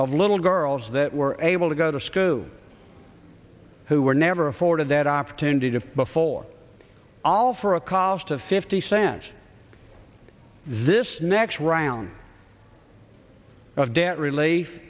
of little girls that were able to go to screw who were never afforded that opportunity to before all for a cost of fifty cents this next round of debt relief